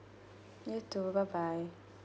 you too bye bye